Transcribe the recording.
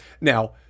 Now